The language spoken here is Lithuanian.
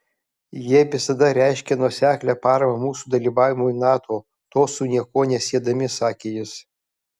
jie visada reiškė nuoseklią paramą mūsų dalyvavimui nato to su nieko nesiedami sakė jis